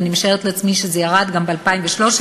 ואני משערת שזה ירד גם ב-2013,